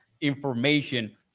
Information